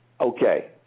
okay